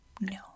No